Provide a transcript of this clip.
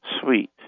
sweet